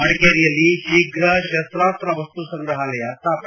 ಮಡಿಕೇರಿಯಲ್ಲಿ ಶೀಘ್ರ ಶಸ್ತ್ರಾಸ್ತ್ರ ವಸ್ತು ಸಂಗ್ರಹಾಲಯ ಸ್ಥಾಪನೆ